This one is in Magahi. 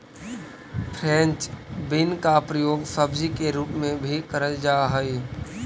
फ्रेंच बीन का प्रयोग सब्जी के रूप में भी करल जा हई